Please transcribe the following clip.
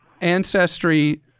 Ancestry